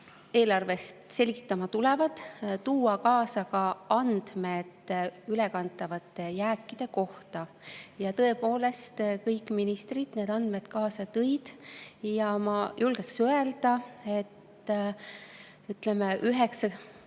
eelarvest selgitama tulevad, tuua kaasa andmed ka ülekantavate jääkide kohta. Ja tõepoolest, kõik ministrid need andmed kaasa tõid. Ma julgen öelda, et – see on